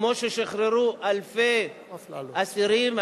כמו ששחררו אלפי אסירים,